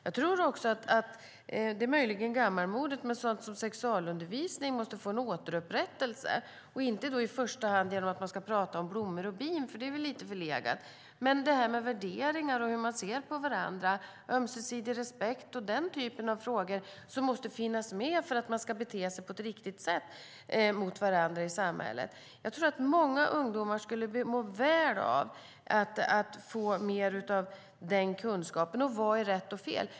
Jag tror - det är möjligen gammalmodigt - att sexualundervisningen måste få en upprättelse. Man ska då inte i första hand prata om blommor och bin, för det är lite förlegat, men om värderingar och hur man ser på varandra, ömsesidig respekt och den typen av frågor. Det måste finnas med för att alla ska kunna bete sig på ett riktigt sätt mot varandra i samhället. Jag tror att många ungdomar skulle må väl av att få mer av den kunskapen och få veta vad som är rätt och fel.